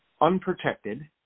unprotected